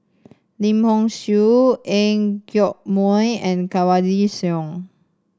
Lim Hock Siew Ang Yoke Mooi and Kanwaljit Soin